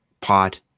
pot